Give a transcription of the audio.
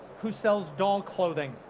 who sells doll clothing,